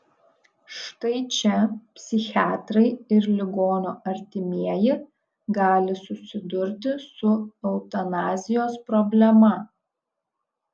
štai čia psichiatrai ir ligonio artimieji gali susidurti su eutanazijos problema